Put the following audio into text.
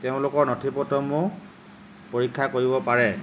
তেওঁলোকৰ নথি পত্ৰসমূহ পৰীক্ষা কৰিব পাৰে